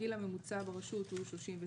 הגיל הממוצע ברשות הוא 39,